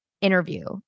interview